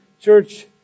church